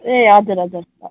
ए हजुर हजुर